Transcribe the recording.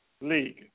League